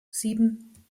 sieben